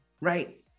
right